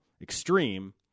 extreme